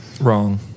Wrong